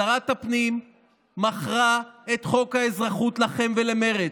שרת הפנים מכרה את חוק האזרחות לכם ולמרצ.